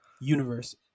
universe